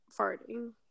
farting